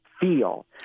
feel